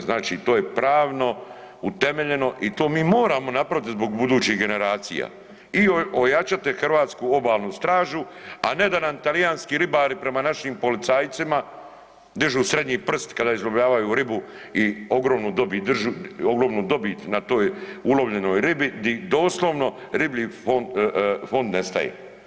Znači to je pravno utemeljeno i to mi moramo napraviti zbog budućih generacija i ojačati Hrvatsku obalnu stražu, a ne da nam talijanski ribari prema našim policajcima dižu srednji prst kada izlovljavaju ribu i ogromnu dobit na toj ulovljenoj ribi di doslovno riblji fond nestaje.